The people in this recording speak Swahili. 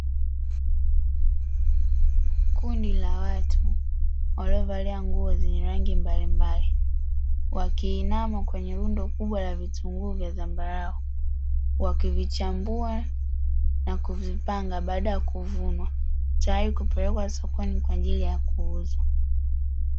Kundi la watu waliovalia nguo zenye rangi mbalimbali, wakiinama kwenye rundo kubwa la vitunguu vya zambarau wakivichambua na kuvipanga baaada ya kuvunwa tayari kwa kupelekwa sokoni kwa ajili ya kuuzwa.